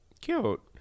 Cute